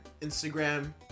Instagram